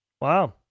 wow